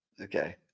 okay